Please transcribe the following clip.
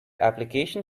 application